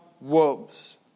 wolves